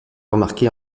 remarquer